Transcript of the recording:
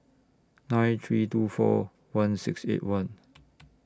nine three two four one six eight one